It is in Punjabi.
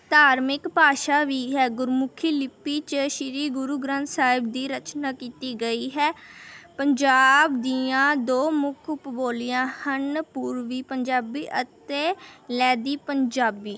ਧਾਰਮਿਕ ਭਾਸ਼ਾ ਵੀ ਹੈ ਗੁਰਮੁਖੀ ਲਿੱਪੀ 'ਚ ਸ਼੍ਰੀ ਗੁਰੂ ਗ੍ਰੰਥ ਸਾਹਿਬ ਦੀ ਰਚਨਾ ਕੀਤੀ ਗਈ ਹੈ ਪੰਜਾਬ ਦੀਆਂ ਦੋ ਮੁੱਖ ਉਪ ਬੋਲੀਆਂ ਹਨ ਪੂਰਬੀ ਪੰਜਾਬੀ ਅਤੇ ਲਹਿੰਦੀ ਪੰਜਾਬੀ